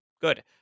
Good